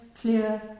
clear